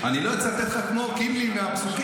אני לא אצטט לך כמו קינלי והפסוקים,